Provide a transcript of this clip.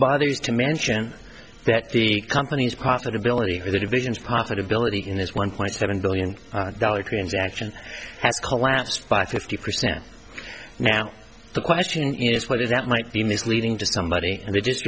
bothers to mention that the company's profitability or the divisions profitability in this one point seven billion dollar transaction has collapsed by fifty percent now the question is whether that might be misleading to somebody and they just